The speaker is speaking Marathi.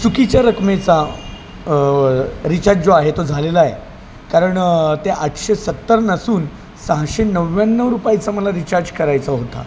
चुकीच्या रकमेचा रिचार्ज जो आहे तो झालेला आहे कारण ते आठशे सत्तर नसून सहाशे नव्याण्णव रुपयाचा मला रिचार्ज करायचा होता